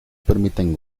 permiten